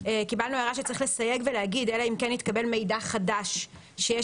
קיבלנו הערה שצריך לסייג ולהגיד "אלא אם כן התקבל מידע חדש שיש